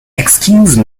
excuse